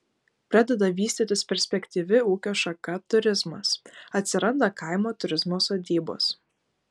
pradeda vystytis perspektyvi ūkio šaka turizmas atsiranda kaimo turizmo sodybos